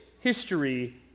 history